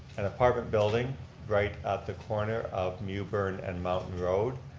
an apartment building right at the corner of mewburn and mountain road.